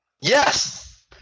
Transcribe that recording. Yes